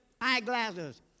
eyeglasses